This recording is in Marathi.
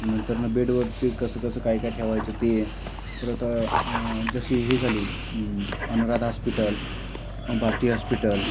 नंतरनं बेडवरती कसं कसं काय काय ठेवायचं ते परत जशी हे झाली अनुराधा हॉस्पिटल भारती हॉस्पिटल